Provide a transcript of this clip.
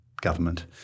government